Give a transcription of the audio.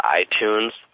iTunes